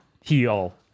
heal